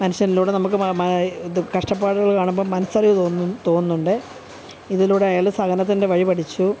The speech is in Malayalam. മനുഷ്യനിലൂടെ നമുക്ക് ഇത് കഷ്ടപ്പാടുകൾ കാണുമ്പോൾ മനസ്സലിവ് തോന്നും തോന്നുന്നുണ്ട് ഇതിലൂടെ അയാൾ സഹനത്തിൻ്റെ വഴി പഠിച്ചു